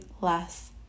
less